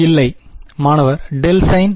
இல்லை மாணவர் delta sign